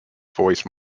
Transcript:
voice